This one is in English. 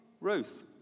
Ruth